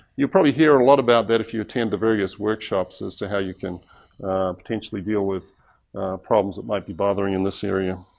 you'd probably hear a lot about that if you attend the various workshops as to how you can potentially deal with problems that might be bothering you in this area.